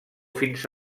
fins